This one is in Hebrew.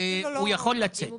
הוא יכול לצאת.